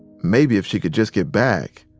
maybe if she could just get back,